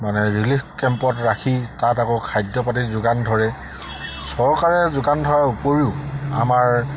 মানে ৰিলিফ কেম্পত ৰাখি তাত আকৌ খাদ্য পাতি যোগান ধৰে চৰকাৰে যোগান ধৰাৰ উপৰিও আমাৰ